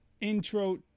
intro